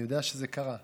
אני יודע שזה קרה.